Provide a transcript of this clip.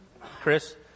Chris